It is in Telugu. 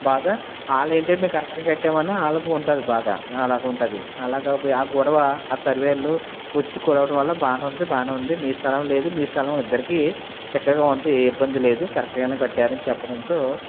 బాధ వాళ్ళు ఏంటంటే మేము కరెక్ట్గా కట్టామని వాళ్ళకి ఉంటుంది బాధ వాళ్ళకి ఉంటుంది అలాగ ఆ గొడవ ఆ సర్వేయర్లు వచ్చి కొలవడం వల్ల బాగానే ఉంది బాగానే ఉంది మీ స్థలం లేదు మీ స్థలం ఇద్దరికీ చక్కగా ఉంది ఏ ఇబ్బంది లేదు కరెక్ట్గానే కట్టారని చెప్పడంతో